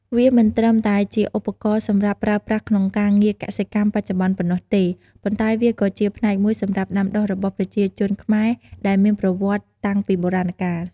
វាមិនត្រឹមតែជាឧបករណ៍សម្រាប់ប្រើប្រាស់ក្នុងការងារកសិកម្មបច្ចុប្បន្នប៉ុណ្ណោះទេ ប៉ុន្តែវាក៏ជាផ្នែកមួយសម្រាប់ដាំដុះរបស់ប្រជាជនខ្មែរដែលមានប្រវត្តិសតាំងពីបុរាណកាល។